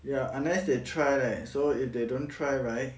ya unless they try leh so if they don't try right